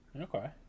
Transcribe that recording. Okay